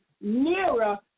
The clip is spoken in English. nearer